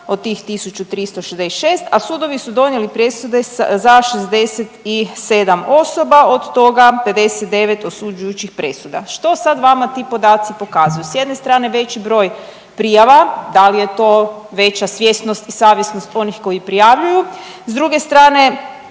od tih 1.366, a sudovi su donijeli presude za 67 osoba od toga 59 osuđujućih presuda. Što sad vama ti podaci pokazuju? S jedne strane veći broj prijava, da li je to veća svjesnost i savjesnost onih koji prijavljuju, s druge strane